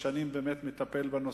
ששנים מטפל בנושא,